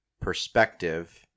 perspective